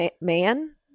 man